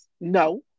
No